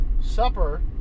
supper